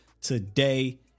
today